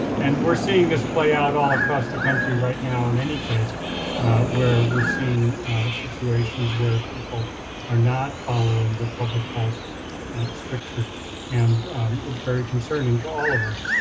and we're seeing this play out all across the country right now in any case where we're seeing situations where people are not following the public health strictures and it's very concerning to all of us.